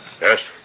Yes